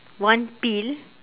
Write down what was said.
one peel